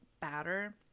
batter